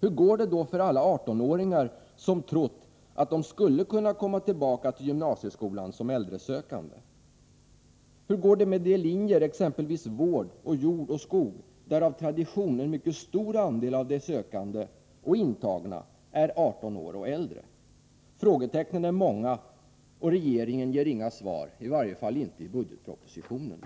Hur går det då för alla 18-åringar som trott att de skulle kunna komma tillbaka till gymnasieskolan som äldresökande? Hur går det med de linjer, exempelvis vård-, jordoch skoglinjerna där av tradition en mycket stor andel av de sökande — och intagna — är 18 år och äldre? Frågetecknen är många, och regeringen ger inga svar, i varje fall inte i budgetpropositionen.